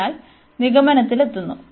അതിനാൽ നിഗമനത്തിലെത്തുന്നു